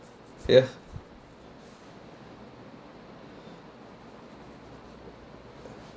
ya